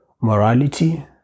morality